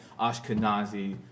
Ashkenazi